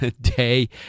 day